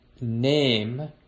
name